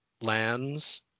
lands